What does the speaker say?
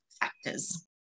factors